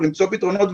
למצוא פתרונות,